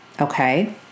Okay